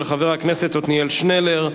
של חבר הכנסת עתניאל שנלר.